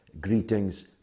Greetings